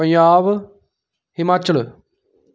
Punjab Himachal